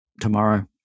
tomorrow